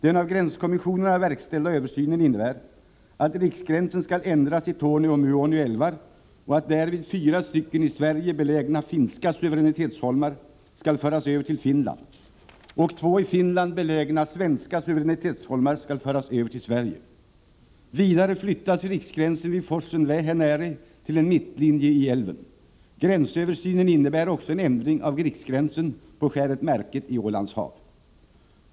Den av gränskommissionerna verkställda översynen innebär att riksgränsen skall ändras i Torne och Muonio älvar och att därvid fyra stycken i Sverige belägna finska suveränitetsholmar skall föras över till Finland och två i Finland belägna svenska suveränitetsholmar föras över till Sverige. Vidare flyttas riksgränsen vid forsen Vähänärä till en mittlinje i älven. Gränsöversynen innebär också en ändring av riksgränsen på skäret Märket i Ålands hav.